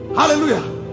hallelujah